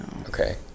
Okay